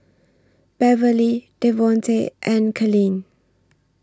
Beverly Devonte and Kalene